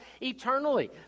eternally